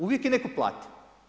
Uvijek je netko plati.